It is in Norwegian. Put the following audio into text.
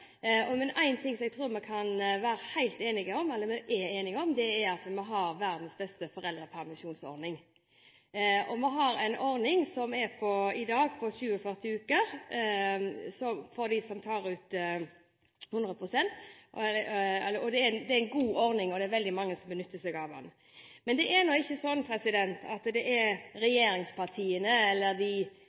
men én ting som vi er helt enige om, er at vi har verdens beste foreldrepermisjonsordning. Vi har en ordning som i dag er på 47 uker for dem som tar ut 100 pst. Det er en god ordning, og det er veldig mange som benytter seg av den. Men det er ikke slik at det er regjeringspartiene – med sentrumspartiene – som har eneretten på en god familiepolitikk. De